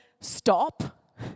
stop